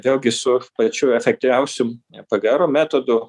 vėlgi su pačiu efektyviausiu pgro metodu